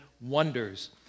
wonders